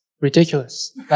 ridiculous